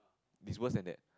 is worse than that